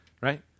right